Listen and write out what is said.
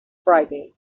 friday